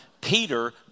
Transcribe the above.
Peter